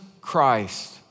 Christ